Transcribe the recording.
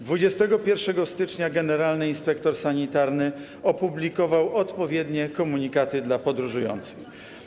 21 stycznia generalny inspektor sanitarny opublikował odpowiednie komunikaty dla podróżujących.